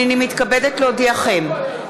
הנני מתכבדת להודיעכם,